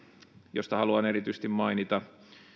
josta haluan erityisesti mainita